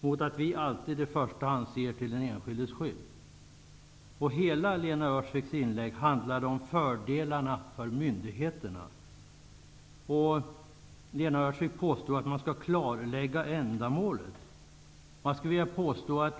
Vi liberaler ser alltid i första hand till den enskildes skydd. Hela Lena Öhrsviks inlägg handlade om fördelarna för myndigheterna. Hon påstod att man skall klarlägga ändamålet.